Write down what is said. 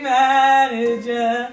manager